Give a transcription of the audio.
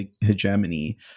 hegemony